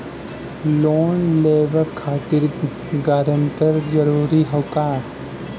Loan लेवब खातिर guarantor जरूरी हाउ का?